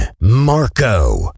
Marco